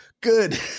Good